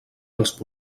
als